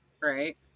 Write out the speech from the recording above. Right